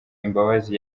imbabazi